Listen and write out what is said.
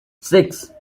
six